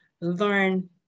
learn